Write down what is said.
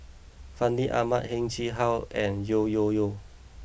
Fandi Ahmad Heng Chee How and Yeo Yeow Kwang